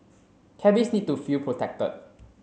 cabbies need to feel protected